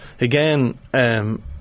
again